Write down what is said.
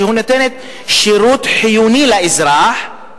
שנותן שירות חיוני לאזרח,